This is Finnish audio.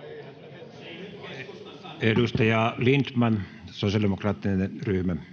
Heinonen: Jos ei nyt